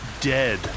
...dead